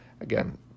again